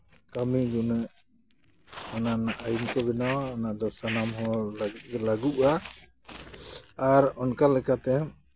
ᱠᱟᱹᱢᱤ ᱜᱩᱱᱟᱹᱜ ᱚᱱᱟ ᱨᱮᱱᱟᱜ ᱟᱹᱭᱤᱱ ᱠᱚ ᱵᱮᱱᱟᱣᱟ ᱚᱱᱟᱫᱚ ᱥᱟᱱᱟᱢ ᱦᱚᱲ ᱞᱟᱹᱜᱤᱫᱜᱮ ᱞᱟᱹᱜᱩᱜᱼᱟ ᱟᱨ ᱚᱱᱠᱟ ᱞᱮᱠᱟᱛᱮ